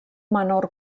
menor